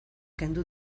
kendu